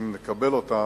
אם נקבל אותה,